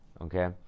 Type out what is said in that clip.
okay